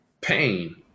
Pain